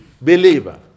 believer